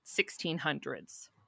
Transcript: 1600s